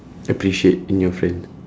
appreciate in your friend